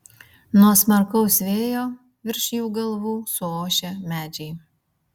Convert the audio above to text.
nuo smarkaus vėjo virš jų galvų suošia medžiai